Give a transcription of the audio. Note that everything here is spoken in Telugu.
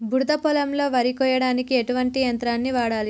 బురద పొలంలో వరి కొయ్యడానికి ఎటువంటి యంత్రాన్ని వాడాలి?